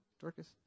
Dorcas